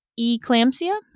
eclampsia